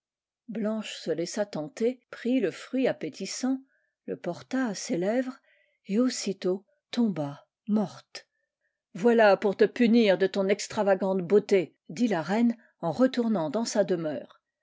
blanche se laissa tenter prit le fruit appétissant le porta à ses lèvres et aussitôt tomba morte voilà pour te punir de ton extravagante beauté dit la reine en retournant dans sa demeure